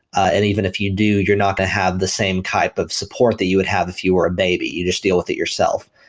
and even if you do, you're not going to have the same type of support that you would have if you were a baby. you just deal with it yourself.